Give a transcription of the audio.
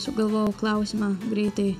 sugalvojau klausimą greitai